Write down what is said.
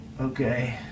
Okay